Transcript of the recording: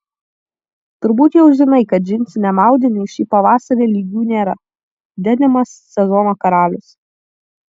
turbūt jau žinai kad džinsiniam audiniui šį pavasarį lygių nėra denimas sezono karalius